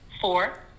four